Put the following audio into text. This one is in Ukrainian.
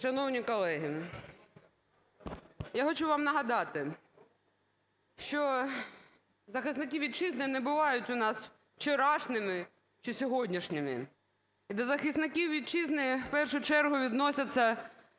Шановні колеги, я хочу вам нагадати, що захисники Вітчизни не бувають у нас вчорашніми чи сьогоднішніми. До захисників Вітчизни в першу чергу відносяться